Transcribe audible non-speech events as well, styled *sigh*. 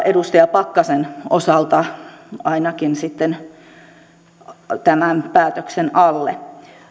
*unintelligible* edustaja pakkasen osalta ainakin tämän päätöksen alle